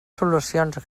solucions